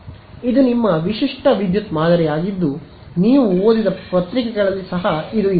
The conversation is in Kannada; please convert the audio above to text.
ಆದ್ದರಿಂದ ಇದು ನಿಮ್ಮ ವಿಶಿಷ್ಟ ವಿದ್ಯುತ್ ಮಾದರಿಯಾಗಿದ್ದು ನೀವು ಓದಿದ ಪತ್ರಿಕೆಗಳಲ್ಲಿ ಸಹ ಇದು ಇದೆ